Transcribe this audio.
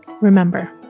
Remember